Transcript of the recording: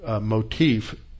motif